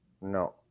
No